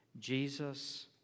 Jesus